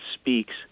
speaks